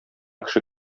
кеше